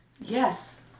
Yes